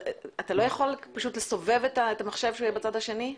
ועצם העובדה שמייחדים סדרה של דיונים על ניקיון המרחב הציבורי היא